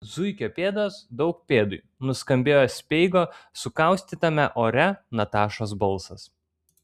zuikio pėdos daug pėdui nuskambėjo speigo su kaustytame ore natašos balsas